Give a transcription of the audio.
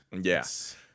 Yes